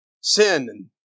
Sin